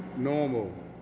normal,